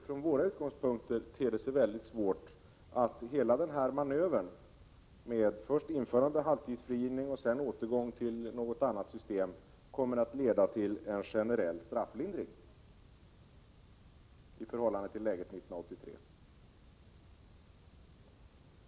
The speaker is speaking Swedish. Från våra utgångspunkter ter det sig mycket svårt att godta att hela den här manövern — först införande av halvtidsfrigivning och sedan återgång till något annat system — kommer att leda till en generell strafflindring i förhållande till läget 1983.